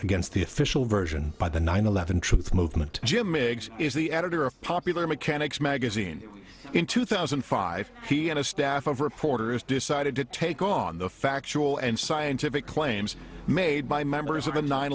against the official version by the nine eleven truth movement jim igs is the editor of popular mechanics magazine in two thousand and five he and a staff of reporters decided to take on the factual and scientific claims made by members of the nine